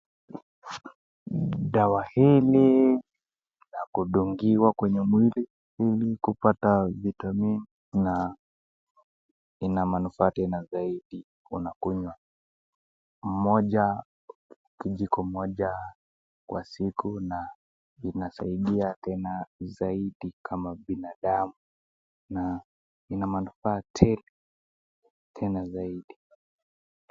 Dawa hili la kudungiwa kwenye mwili ili kupata vitamini ina manufaa tena zaidi, kuna kunywa moja kijiko moja kwa siku na inasaidia tena zaidi kama binadamu na ina manufaa tele tena zaidi.